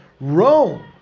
Rome